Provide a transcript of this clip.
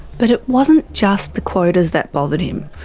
but it wasn't just the quotas that bothered him.